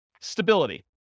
Stability